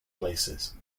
places